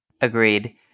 Agreed